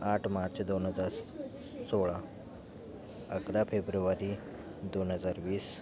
आठ मार्च दोन हजार सोळा अकरा फेब्रुवारी दोन हजार वीस